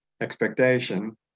expectation